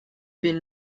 been